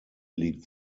liegt